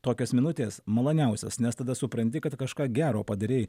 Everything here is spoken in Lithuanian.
tokios minutės maloniausios nes tada supranti kad kažką gero padarei